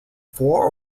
four